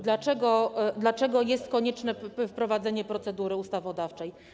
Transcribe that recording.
Dlaczego jest konieczne wprowadzenie procedury ustawodawczej?